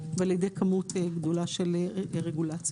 ועל ידי כמות גדולה של רגולציה.